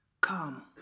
Come